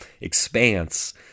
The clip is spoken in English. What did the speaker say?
expanse